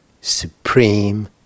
Supreme